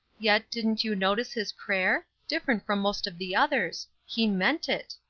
yet, didn't you notice his prayer? different from most of the others. he meant it.